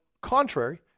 contrary